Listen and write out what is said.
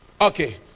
Okay